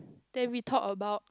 then we talk about